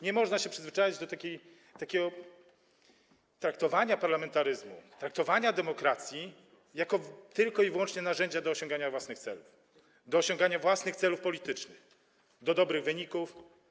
Nie można się przyzwyczajać do takiego traktowania parlamentaryzmu, traktowania demokracji jako tylko i wyłączenie narzędzia do osiągania własnych celów, własnych celów politycznych, dobrych wyników.